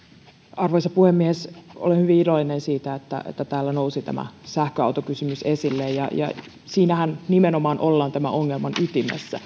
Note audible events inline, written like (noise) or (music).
arvoisa puhemies olen hyvin iloinen siitä että täällä nousi tämä sähköautokysymys esille siinähän nimenomaan ollaan tämän ongelman ytimessä (unintelligible)